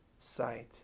sight